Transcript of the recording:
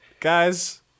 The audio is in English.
guys